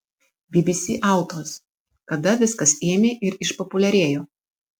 bbc autos kada viskas ėmė ir išpopuliarėjo